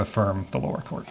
affirm the lower court